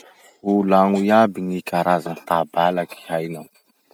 Volagno iaby gny karaza tabalaky hainao.